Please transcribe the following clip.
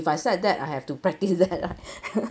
if I set that I have to practice that right